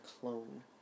clone